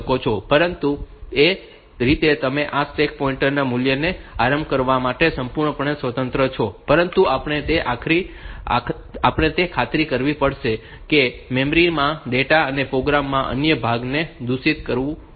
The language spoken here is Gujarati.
પરંતુ એ રીતે તમે આ સ્ટેક પોઇન્ટર મૂલ્યને આરંભ કરવા માટે સંપૂર્ણપણે સ્વતંત્ર છો પરંતુ આપણે એ ખાતરી કરવી પડશે કે તે મેમરી માંના ડેટા અને પ્રોગ્રામ ના અન્ય ભાગને દૂષિત કરતું ન હોય